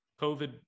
COVID